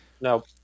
No